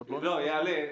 זה יעלה.